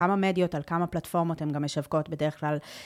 כמה המדיות על כמה פלטפורמות הן גם משווקות בדרך כלל.